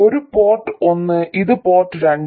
ഇത് പോർട്ട് ഒന്ന് ഇത് പോർട്ട് രണ്ട്